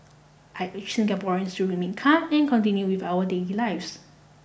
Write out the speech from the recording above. I urge Singaporeans to remain calm and continue with our daily lives